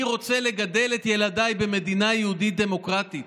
אני רוצה לגדל את ילדיי במדינה יהודית-דמוקרטית.